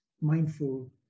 mindful